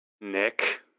Nick